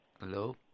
Hello